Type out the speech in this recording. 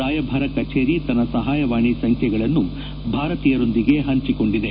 ರಾಯಭಾರ ಕಚೇರಿ ತನ್ನ ಸಪಾಯವಾಣಿ ಸಂಖ್ಯೆಗಳನ್ನು ಭಾರತೀಯರೊಂದಿಗೆ ಪಂಚಿಕೊಂಡಿದೆ